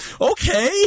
okay